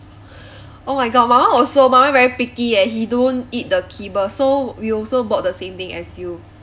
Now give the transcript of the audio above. oh my god my one also my one very picky eh he don't eat the kibble so we also bought the same thing as you